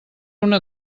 una